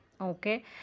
okay